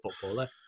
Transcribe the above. footballer